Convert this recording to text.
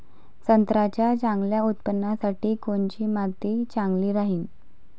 संत्र्याच्या चांगल्या उत्पन्नासाठी कोनची माती चांगली राहिनं?